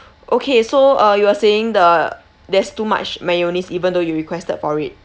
okay so uh you were saying the there's too much mayonnaise even though you requested for it